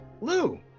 Lou